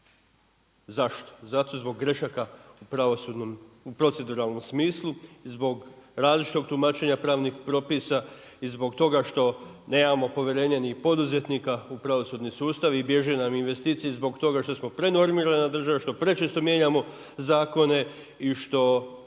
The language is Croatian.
Zašto? Zato zbog grešaka u proceduralnom smislu, zbog različitog tumačenja pravni propisa i zbog toga što nemamo povjerenje ni poduzetnika u pravosudni sustav i bježe nam investicije zbog toga što smo prenormirana država, što prečesto mijenjamo zakone i što